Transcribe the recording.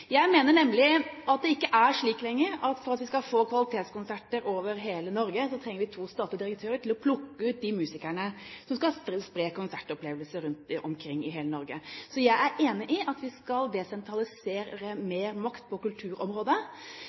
Jeg mener nemlig at det ikke er slik lenger at vi for at vi skal få kvalitetskonserter over hele Norge, trenger to statlige direktører til å plukke ut de musikerne som skal spre konsertopplevelser rundt omkring i hele Norge. Så jeg er enig i at vi skal desentralisere mer makt på kulturområdet,